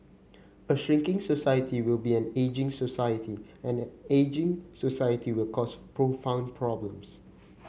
a shrinking society will be an ageing society and an ageing society will cause profound problems